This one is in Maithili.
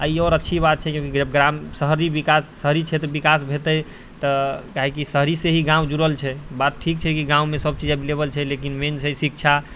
आओर ई आओर अच्छी बात छै कि ग्राम शहरी विकास शहरी क्षेत्र विकास हेतै तऽ कियाकि शहरीसँ ही गाँव जुड़ल छै बात ठीक छै कि गाममे सब चीज एवलेवल छै लेकिन मेन छै शिक्षा